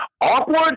Awkward